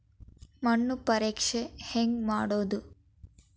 ಮಣ್ಣು ಪರೇಕ್ಷೆ ಹೆಂಗ್ ಮಾಡೋದು?